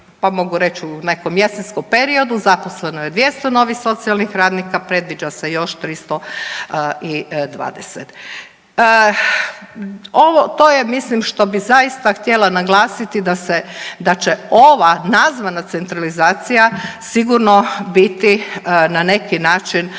pa mogu reć u nekom jesenskom periodu zaposleno je 200 novih socijalnih radnika, predviđa se još 320. To je mislim što bi zaista htjela naglasiti da će ova nazvana centralizacija sigurno biti na neki način